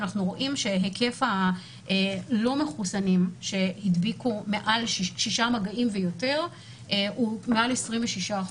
אנחנו רואים שהיקף הלא מחוסנים שהדביקו שישה מגעים ויותר הוא מעל 26%,